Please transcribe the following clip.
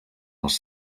els